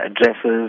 addresses